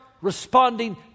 responding